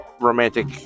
romantic